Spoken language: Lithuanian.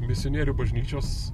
misionierių bažnyčios